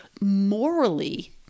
morally